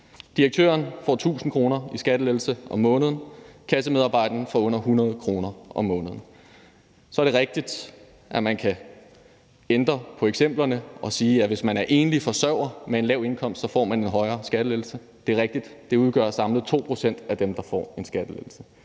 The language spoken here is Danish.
Direktøren får 1.000 kr. i skattelettelse om måneden. Kassemedarbejderen får under 100 kr. om måneden. Så er det rigtigt, at man kan ændre på eksemplerne og sige, at hvis man er enlig forsørger med en lav indkomst, så får man en højere skattelettelse. Det er rigtigt. Det udgør samlet 2 pct. af dem, der får en skattelettelse.